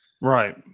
Right